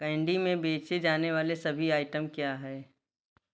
candy में बेचे जाने वाले सभी आइटम क्या हैं